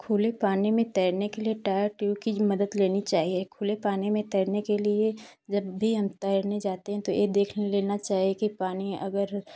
खुले पानी में तैरने के लिए टायर ट्यूब की मदद लेनी चाहिए खुले पानी में तैरने के लिये जब भी हम तैरने जाते हैं तो ए देख लेना चाहिए की पानी अगर